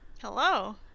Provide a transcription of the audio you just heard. Hello